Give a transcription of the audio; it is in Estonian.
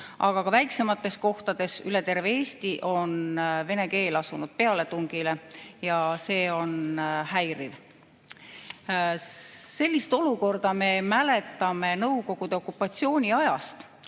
ka väiksemates kohtades üle terve Eesti on vene keel asunud pealetungile ja see on häiriv. Sellist olukorda me mäletame Nõukogude okupatsiooni ajast.